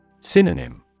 Synonym